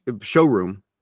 showroom